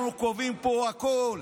אנחנו קובעים פה הכול.